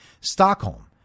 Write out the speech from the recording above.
Stockholm